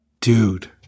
Dude